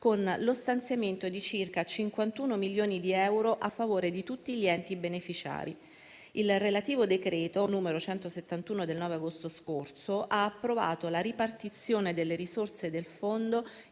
con lo stanziamento di circa 51 milioni di euro a favore di tutti gli enti beneficiari. Il relativo decreto ministeriale n. 171 del 9 agosto scorso ha approvato la ripartizione delle risorse del fondo